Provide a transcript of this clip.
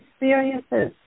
experiences